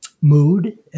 mood